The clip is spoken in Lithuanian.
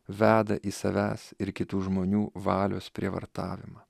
veda į savęs ir kitų žmonių valios prievartavimą